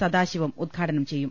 സദാശിവം ഉദ്ഘാടനം ചെയ്യും